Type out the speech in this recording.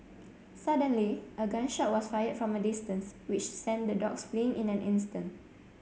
suddenly a gun shot was fired from a distance which sent the dogs fleeing in an instant